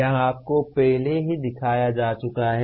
यह आपको पहले ही दिखाया जा चुका है